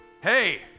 Hey